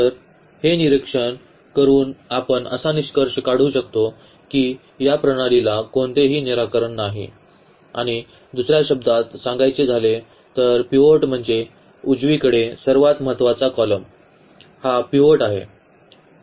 तर हे निरीक्षण करून आपण असा निष्कर्ष काढू शकतो की या प्रणालीला कोणतेही निराकरण नाही आणि दुसर्या शब्दात सांगायचे झाले तर पिव्होट म्हणजे उजवीकडे सर्वात महत्वाचा कॉलम हा पिव्होट आहे